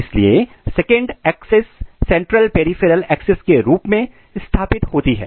इसलिए second access central peripheral access के रूप में स्थापित होती है